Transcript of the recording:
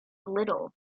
liddell